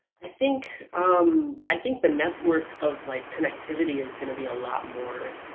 i think um i think the network of like connectivity is going to be a lot more